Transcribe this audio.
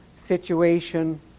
situation